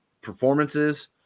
performances